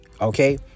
okay